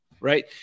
Right